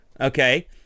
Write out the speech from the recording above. Okay